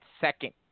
second